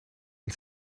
and